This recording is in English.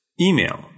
Email